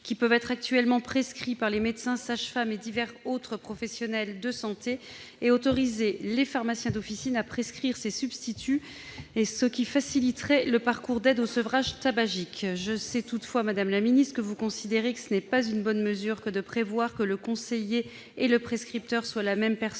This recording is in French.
qui peuvent être actuellement prescrits par les médecins, les sages-femmes et divers autres professionnels de santé, en autorisant les pharmaciens d'officine à prescrire ces substituts, ce qui faciliterait le parcours d'aide au sevrage tabagique. Je sais toutefois, madame la ministre, que vous considérez que ce n'est pas une bonne mesure que de prévoir que le conseiller et le prescripteur soit la même personne